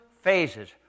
phases